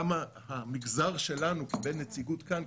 גם המגזר שלנו קיבל נציגות כאן,